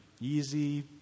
easy